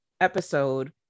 episode